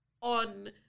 on